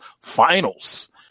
finals